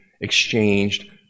exchanged